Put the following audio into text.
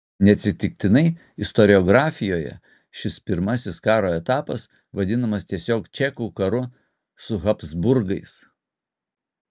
neatsitiktinai istoriografijoje šis pirmasis karo etapas vadinamas tiesiog čekų karu su habsburgais